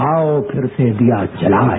आओ फिर से दिया जलाएं